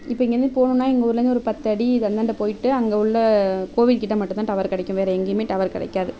இப்போ இங்கேருந்து போகணுன்னா எங்கள் ஊர்லேந்து ஒரு பத்தடி அந்தாண்ட போய்ட்டு அங்கே உள்ள கோவில் கிட்ட மட்டும்தான் டவர் கிடைக்கும் வேற எங்கேயுமே டவர் கிடைக்காது